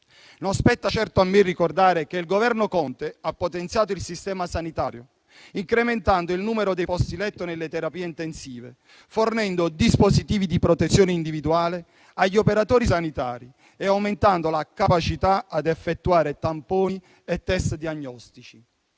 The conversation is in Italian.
Non spetta certo a me ricordare che il Governo Conte ha potenziato il sistema sanitario, incrementando il numero dei posti letto nelle terapie intensive, fornendo dispositivi di protezione individuale agli operatori sanitari e aumentando la capacità di effettuare tamponi e test diagnostici.